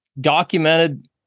documented